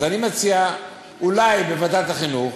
אז אני מציע שאולי בוועדת החינוך